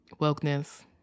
wokeness